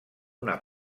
una